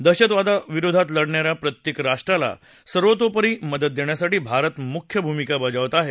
दहशतवादा विरोधात लढणा या प्रत्येक राष्ट्राला सर्वतोपरी मदत देण्यासाठी भारत मुख्य भूमिका बजावत आहे